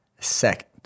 second